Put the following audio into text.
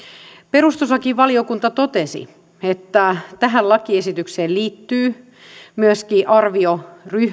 perustuslakivaliokunta totesi että tähän lakiesitykseen liittyy myöskin arvio